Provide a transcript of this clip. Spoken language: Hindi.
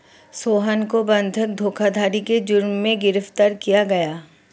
सोहन को बंधक धोखाधड़ी के जुर्म में गिरफ्तार किया गया